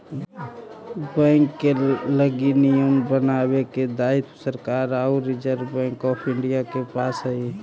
bank लगी नियम बनावे के दायित्व सरकार आउ रिजर्व बैंक ऑफ इंडिया के पास हइ